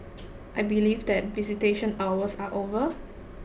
I believe that visitation hours are over